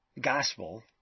gospel